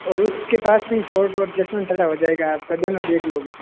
और उस के बाद फिर फ़ोर्ट और जसवंत ठाडा हो जाएगा आप का दोनों देख लोगे